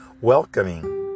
welcoming